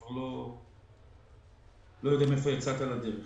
ולא יודעים איך יצאת לדרך.